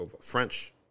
french